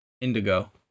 indigo